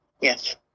Yes